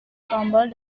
tombol